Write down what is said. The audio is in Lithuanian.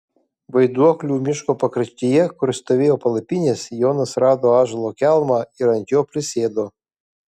vaiduoklių miško pakraštyje kur stovėjo palapinės jonas rado ąžuolo kelmą ir ant jo prisėdo